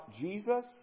Jesus